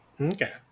Okay